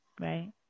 Right